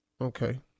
okay